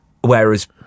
whereas